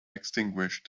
extinguished